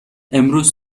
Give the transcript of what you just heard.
امروز